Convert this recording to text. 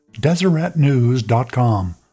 Deseretnews.com